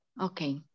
Okay